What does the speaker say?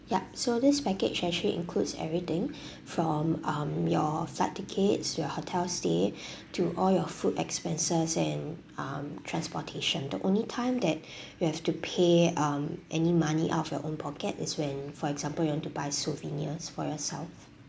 yup so this package actually includes everything from um your flight tickets your hotel stay to all your food expenses and um transportation the only time that you have to pay um any money out off your own pocket is when for example you want to buy souvenirs for yourself